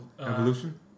Evolution